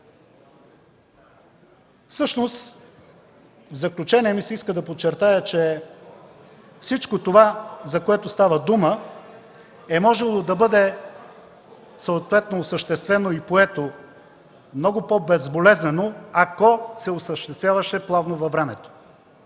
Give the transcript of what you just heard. услуга. В заключение ми се иска да подчертая, че всичко това, за което става дума, е можело да бъде съответно осъществено и поето много по-безболезнено, ако се осъществяваше плавно във времето.